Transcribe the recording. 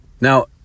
Now